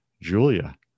Julia